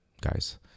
guys